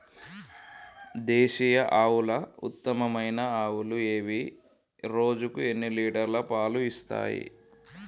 దేశీయ ఆవుల ఉత్తమమైన ఆవులు ఏవి? రోజుకు ఎన్ని లీటర్ల పాలు ఇస్తాయి?